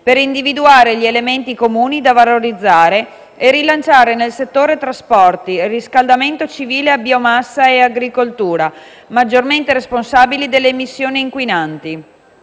per individuare gli elementi comuni da valorizzare e rilanciare nel settore trasporti, riscaldamento civile a biomassa e agricoltura, maggiormente responsabili delle emissioni inquinanti.